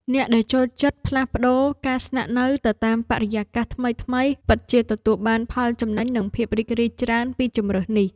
អ្នកដែលចូលចិត្តផ្លាស់ប្ដូរការស្នាក់នៅទៅតាមបរិយាកាសថ្មីៗពិតជាទទួលបានផលចំណេញនិងភាពរីករាយច្រើនពីជម្រើសនេះ។